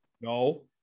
No